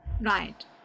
Right